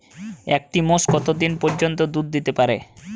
একটি মোষ কত দিন পর্যন্ত দুধ দিতে পারে?